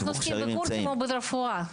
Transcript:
אנחנו עוסקים בקורסים או ברפואה?